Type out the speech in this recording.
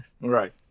Right